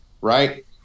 right